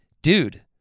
dude